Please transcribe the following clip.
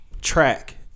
Track